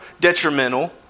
detrimental